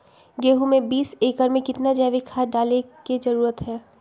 गेंहू में बीस एकर में कितना जैविक खाद डाले के जरूरत है?